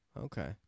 Okay